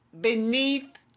beneath